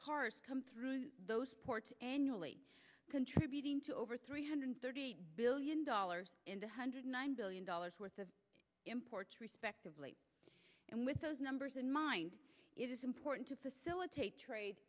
cars come through those ports annually contributing to over three hundred thirty billion dollars in the hundred nine billion dollars worth of imports respectively and with those numbers in mind it is important to facilitate trade